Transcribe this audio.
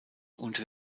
unter